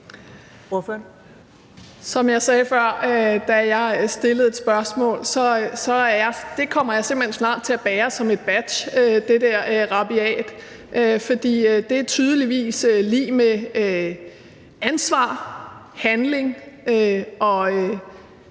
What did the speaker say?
Som jeg sagde før, da jeg stillede et spørgsmål, så kommer jeg simpelt hen snart til at bære det som et badge, altså det der »rabiat«, for det er tydeligvis lig med ansvar, handling og